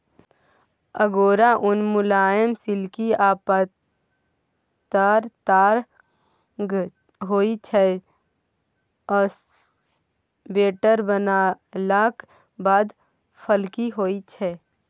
अगोरा उन मुलायम, सिल्की आ पातर ताग होइ छै स्वेटर बनलाक बाद फ्लफी होइ छै